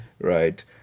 Right